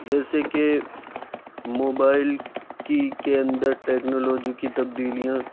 جیسے کہ موبائل کی کے اندر ٹیکنالوجی کی تبدیلیاں